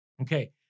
Okay